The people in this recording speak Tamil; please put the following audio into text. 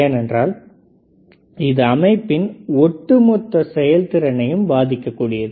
ஏனென்றால் இது அமைப்பின் ஒட்டுமொத்த செயல்திறனையும் பாதிக்கக்கூடியது